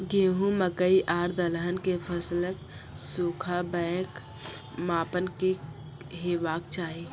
गेहूँ, मकई आर दलहन के फसलक सुखाबैक मापक की हेवाक चाही?